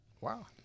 Wow